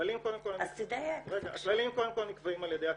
הכללים קודם כל נקבעים על ידי הכנסת,